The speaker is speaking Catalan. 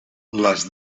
les